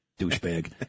Douchebag